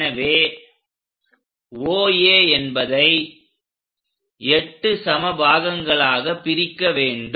எனவே OA என்பதை 8 சம பாகங்களாகப் பிரிக்க வேண்டும்